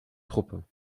truppe